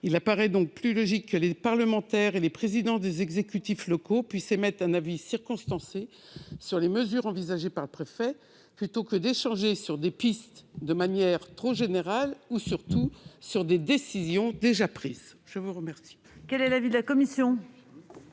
Il apparaît plus logique que les parlementaires et les présidents des exécutifs locaux puissent émettre un avis circonstancié sur les mesures envisagées par le préfet, plutôt que d'échanger sur des pistes de manière trop générale ou, pis, sur des décisions déjà prises. Quel